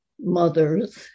mothers